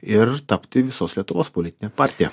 ir tapti visos lietuvos politine partija